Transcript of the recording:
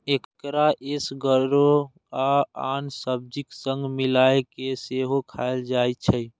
एकरा एसगरो आ आन सब्जीक संग मिलाय कें सेहो खाएल जाइ छै